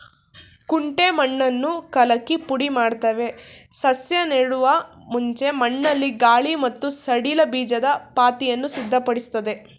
ಕುಂಟೆ ಮಣ್ಣನ್ನು ಕಲಕಿ ಪುಡಿಮಾಡ್ತವೆ ಸಸ್ಯ ನೆಡುವ ಮುಂಚೆ ಮಣ್ಣಲ್ಲಿ ಗಾಳಿ ಮತ್ತು ಸಡಿಲ ಬೀಜದ ಪಾತಿಯನ್ನು ಸಿದ್ಧಪಡಿಸ್ತದೆ